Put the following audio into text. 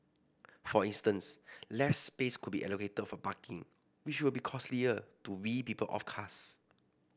for instance less space could be allocated for parking which will be costlier to wean people off cars